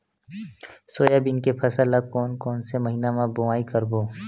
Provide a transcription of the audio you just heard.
Soybean के फसल ल कोन कौन से महीना म बोआई करबो?